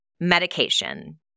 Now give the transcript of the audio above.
Medication